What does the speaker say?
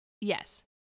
Yes